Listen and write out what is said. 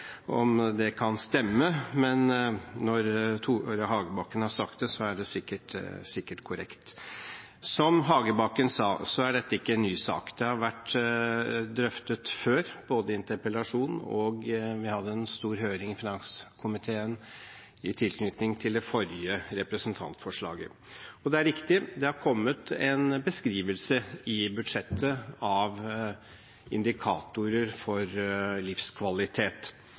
om det kan stemme, men når Tore Hagebakken har sagt det, er det sikkert korrekt. Som representanten Hagebakken sa, er ikke dette en ny sak. Det har vært drøftet før, i en interpellasjon, og vi hadde en stor høring i finanskomiteen i tilknytning til det forrige representantforsalget. Det er riktig at det har kommet en beskrivelse i budsjettet av indikatorer for livskvalitet.